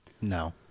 No